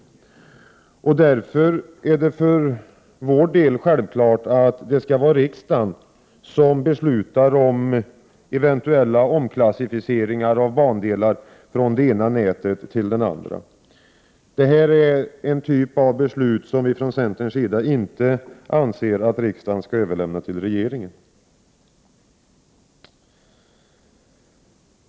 Därför är det för vår del självklart att det skall vara riksdagen som beslutar om eventuella omklassificeringar av bandelar från det ena nätet till det andra. Detta är en typ av beslut som vi från centerns sida inte anser att riksdagen skall överlämna till regeringen.